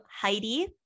Heidi